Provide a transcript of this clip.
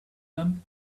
them